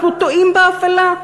אנחנו תועים באפלה.